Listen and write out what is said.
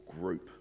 group